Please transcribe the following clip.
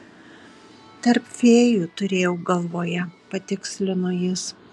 tarp fėjų turėjau galvoje patikslino jis